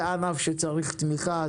זה ענף שצריך תמיכה,